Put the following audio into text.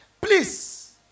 Please